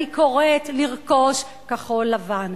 אני קוראת לרכוש כחול-לבן,